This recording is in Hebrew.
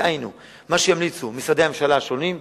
דהיינו מה שימליצו משרדי הממשלה השונים,